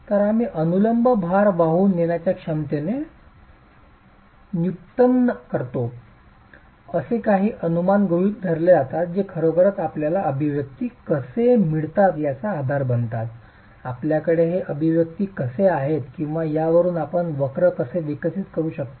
तर आम्ही अनुलंब भार वाहून नेण्याच्या क्षमतेचे व्युत्पन्न करतो असे काही अनुमान गृहित धरले जातात जे खरोखरच आपल्याला हे अभिव्यक्ती कसे मिळतात याचा आधार बनतात आपल्याकडे हे अभिव्यक्ती कसे आहेत किंवा या वरुन आपण वक्र कसे विकसित करू शकता